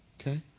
Okay